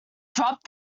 drop